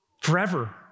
Forever